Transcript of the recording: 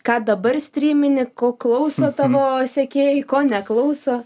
ką dabar strymini ko klauso tavo sekėjai ko neklauso